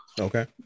Okay